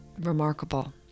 remarkable